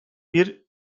bir